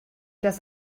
das